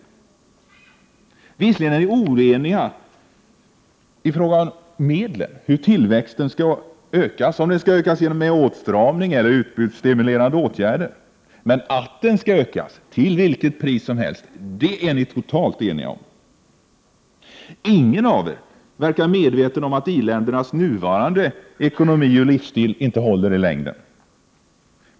Ni är visserligen oeniga i frågan om vilka medel som skall användas för att tillväxten skall ökas och om den skall ökas genom åtstramning eller genom utbudsstimulerande åtgärder. Men att den skall ökas till vilket pris som helst, det är ni totalt eniga om. Ingen av er verkar medveten om att i-ländernas nuvarande ekonomi och livsstil inte håller i längden.